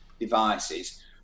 devices